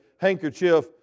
handkerchief